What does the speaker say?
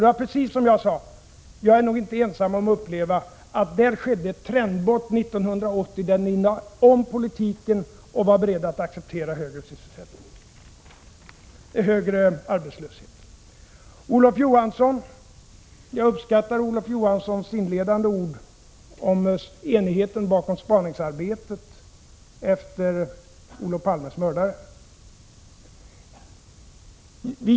Det är precis som jag sade, att jag nog inte är ensam om att uppleva det så, att 1980 skedde ett trendbrott, när ni lade om politiken och var beredda att acceptera högre arbetslöshet. Till Olof Johansson: Jag uppskattar Olof Johanssons inledande ord om enigheten bakom spaningsarbetet då det gäller att finna Olof Palmes mördare.